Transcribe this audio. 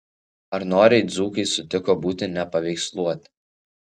ar noriai dzūkai sutiko būti nupaveiksluoti